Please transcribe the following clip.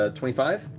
ah twenty five.